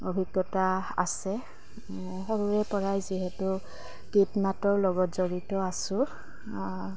অভিজ্ঞতা আছে সৰুৰেপৰাই যিহেতু গীত মাতৰ লগত জড়িত আছো